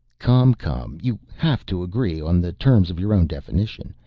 come, come you have to agree on the terms of your own definition.